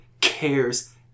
cares